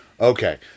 Okay